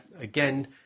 Again